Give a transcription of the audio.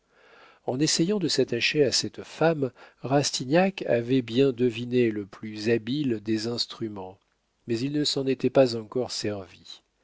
en essayant de s'attacher à cette femme rastignac avait bien deviné le plus habile des instruments mais il ne s'en était pas encore servi